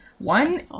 one